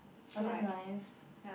but that nice